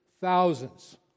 thousands